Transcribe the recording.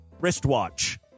wristwatch